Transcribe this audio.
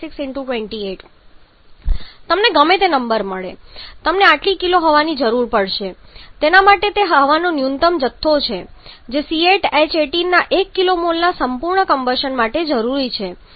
76 × 28 તમને ગમે તે નંબર મળે તમને આટલી કિલો હવાની જરૂર પડશે તેના માટે તે હવાનો ન્યૂનતમ જથ્થો છે જે C8H18 ના 1 kmol ના સંપૂર્ણ કમ્બશન માટે જરૂરી છે